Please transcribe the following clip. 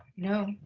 no,